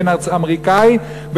אם אמריקאי,